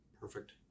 Perfect